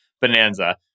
Bonanza